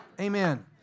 Amen